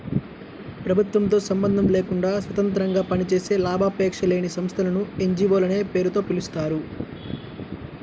ప్రభుత్వంతో సంబంధం లేకుండా స్వతంత్రంగా పనిచేసే లాభాపేక్ష లేని సంస్థలను ఎన్.జీ.వో లనే పేరుతో పిలుస్తారు